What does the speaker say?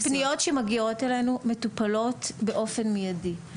פניות שמגיעות אלינו מטופלות באופן מיידי.